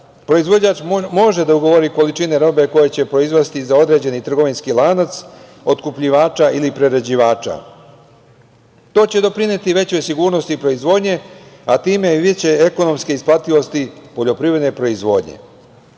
Proizvođač može da ugovori količine robe koje će proizvesti za određeni trgovinski lanac otkupljivača ili prerađivača. To će doprineti većoj sigurnosti proizvodnje, a time biće i ekonomska isplativosti poljoprivredne proizvodnje. Na